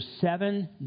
seven